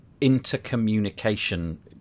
intercommunication